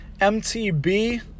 MTB